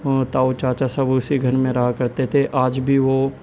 اور تاؤ چاچا سب اسی گھر میں رہا کرتے تھے آج بھی وہ